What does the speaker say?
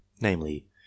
namely